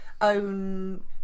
own